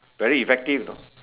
very effective you know